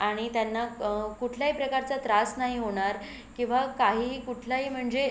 आणि त्यांना कुठल्याही प्रकारचा त्रास नाही होणार किंवा काहीही कुठलाही म्हणजे